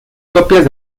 copias